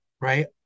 right